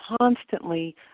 constantly